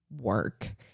work